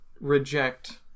reject